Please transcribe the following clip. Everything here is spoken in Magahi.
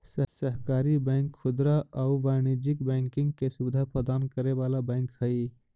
सहकारी बैंक खुदरा आउ वाणिज्यिक बैंकिंग के सुविधा प्रदान करे वाला बैंक हइ